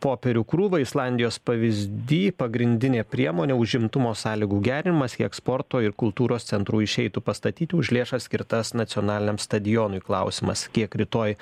popierių krūvą islandijos pavyzdy pagrindinė priemonė užimtumo sąlygų gerinimas kiek sporto ir kultūros centrų išeitų pastatyti už lėšas skirtas nacionaliniam stadionui klausimas kiek rytoj